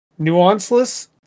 Nuanceless